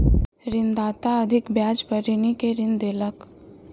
ऋणदाता अधिक ब्याज पर ऋणी के ऋण देलक